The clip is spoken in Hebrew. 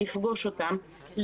לפגוש אותם,